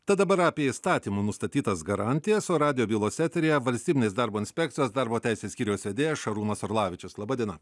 tad dabar apie įstatymų nustatytas garantijas o radijo bylose tyrėja valstybinės darbo inspekcijos darbo teisės skyriaus vedėjas šarūnas orlavičius laba diena